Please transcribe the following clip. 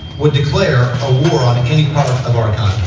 would declare a war on any part of america.